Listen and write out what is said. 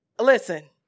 Listen